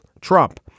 Trump